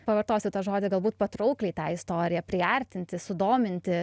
pavartosiu tą žodį galbūt patraukliai tą istoriją priartinti sudominti